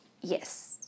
Yes